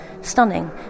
Stunning